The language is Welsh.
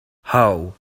how